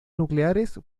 nucleares